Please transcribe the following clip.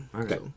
okay